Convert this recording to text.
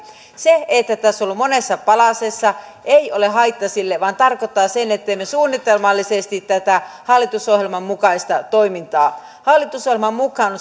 se että tämä on ollut monessa palasessa ei ole haitaksi sille vaan tarkoittaa sitä että teemme suunnitelmallisesti tätä hallitusohjelman mukaista toimintaa hallitusohjelman mukaan